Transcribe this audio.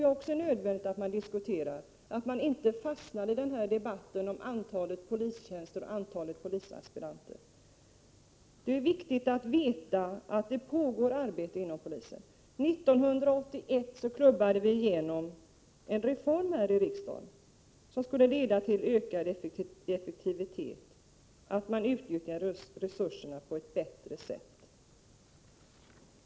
Det är nödvändigt att också diskutera detta, så att vi inte fastnar i debatten om antalet polistjänster och antalet polisaspiranter. Det är viktigt att veta att det pågår ett arbete inom polisen. År 1981 beslutade vi här i riksdagen om en reform som skulle leda till ökad effektivitet, till att resurserna utnyttjades på ett bättre sätt.